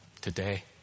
today